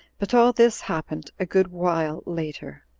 but all this happened a good while later.